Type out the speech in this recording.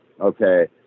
okay